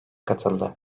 katıldı